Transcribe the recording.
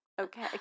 Okay